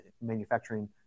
manufacturing